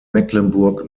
mecklenburg